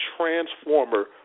transformer